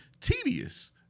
tedious